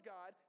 God